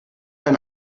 ein